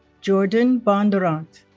jordan bondurant